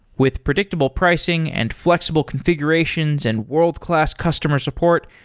with predictable pricing and flexible configurations and world-class customer support,